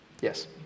Yes